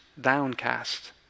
Downcast